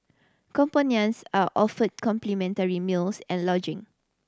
companions are offered complimentary meals and lodging